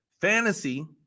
Fantasy